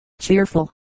cheerful